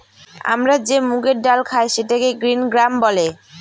আমরা যে মুগের ডাল খায় সেটাকে গ্রিন গ্রাম বলে